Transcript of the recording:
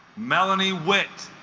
melanie wit